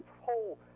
whole